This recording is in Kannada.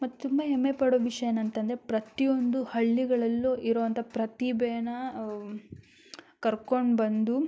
ಮತ್ತು ತುಂಬ ಹೆಮ್ಮೆ ಪಡೋ ವಿಷಯ ಏನಂತಂದರೆ ಪ್ರತಿಯೊಂದು ಹಳ್ಳಿಗಳಲ್ಲೂ ಇರುವಂಥ ಪ್ರತಿಭೆನ ಕರ್ಕೊಂಡು ಬಂದು